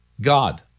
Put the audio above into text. God